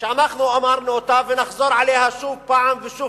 שאנחנו אמרנו אותה ונחזור עליו שוב ושוב,